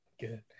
Good